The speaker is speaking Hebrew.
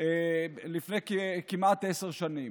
לפני כמעט עשר שנים.